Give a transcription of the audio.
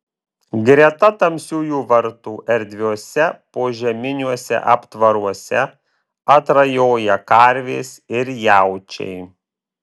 greta tamsiųjų vartų erdviuose požeminiuose aptvaruose atrajoja karvės ir jaučiai